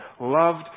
loved